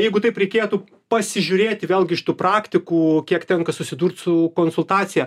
jeigu taip reikėtų pasižiūrėti vėlgi iš tų praktikų kiek tenka susidurt su konsultacija